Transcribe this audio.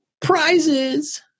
prizes